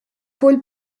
pole